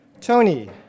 Tony